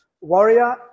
warrior